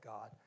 God